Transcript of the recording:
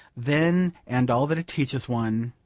then, and all that it teaches one,